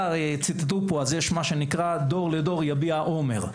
ציטטו פה, יש מה שנקרא: דור לדור יביע אומר.